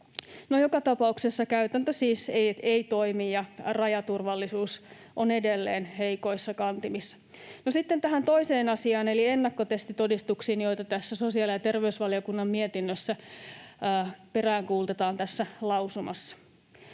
joka tapauksessa käytäntö siis ei toimi ja rajaturvallisuus on edelleen heikoissa kantimissa. Sitten tähän toiseen asiaan eli ennakkotestitodistuksiin, joita tässä sosiaali- ja terveysvaliokunnan mietinnön lausumassa